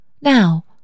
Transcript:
Now